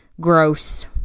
gross